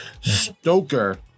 Stoker